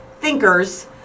thinkers